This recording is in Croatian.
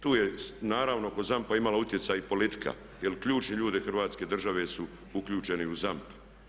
Tu je naravno oko ZAMP-a imala utjecaj i politika jer ključni ljudi Hrvatske države su uključeni u ZAMP.